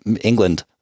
England